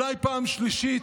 פעם שלישית,